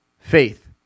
faith